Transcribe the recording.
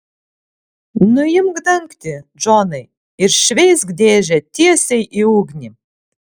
nuimk dangtį džonai ir šveisk dėžę tiesiai į ugnį